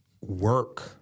work